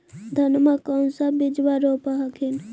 धनमा कौन सा बिजबा रोप हखिन?